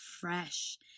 fresh